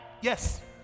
yes